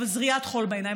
אבל זריית חול בעיניים,